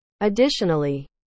Additionally